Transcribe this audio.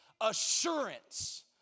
assurance